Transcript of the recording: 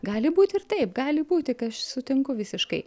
gali būt ir taip gali būti kad aš sutinku visiškai